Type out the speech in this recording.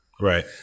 Right